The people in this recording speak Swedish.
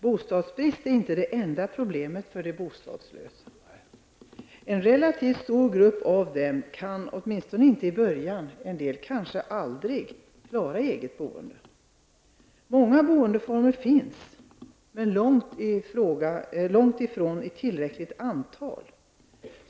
Bostadsbrist är inte det enda problemet för de bostadslösa. En relativt stor grupp av dem kan åtminstone inte i början, en del kanske aldrig, klara ett eget boende. Det finns många boendeformer, men långt ifrån i tillräckligt antal.